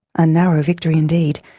a narrow victory indeed,